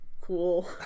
Cool